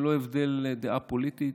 ללא הבדל דעה פוליטית,